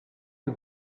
you